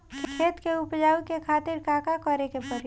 खेत के उपजाऊ के खातीर का का करेके परी?